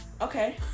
Okay